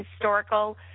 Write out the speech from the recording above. historical